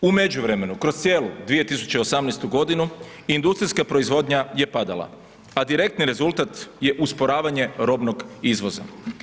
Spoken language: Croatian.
U međuvremenu, kroz cijelu 2018.g. industrijska proizvodnja je padala, a direktni rezultat je usporavanje robnog izvoza.